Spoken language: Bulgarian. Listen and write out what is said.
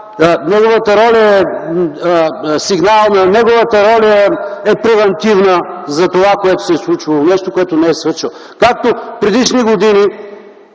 неговата роля е сигнална, неговата роля е превантивна за това, което се е случвало! Нещо, което не е свършил. Както предишни години